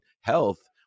health